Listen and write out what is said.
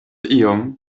iom